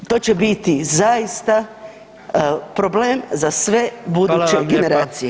će biti zaista problem za sve buduće generacije.